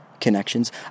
connections